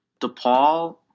DePaul